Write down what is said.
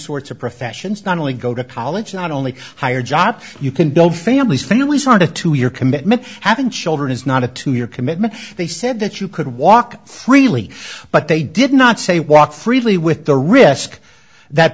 sorts of professions not only go to college not only higher job you can build families families and a two year commitment having children is not a two year commitment they said that you could walk freely but they did not say walk freely with the risk that